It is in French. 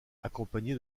accompagné